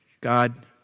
God